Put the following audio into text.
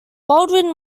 baldwin